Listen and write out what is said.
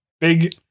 big